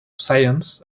science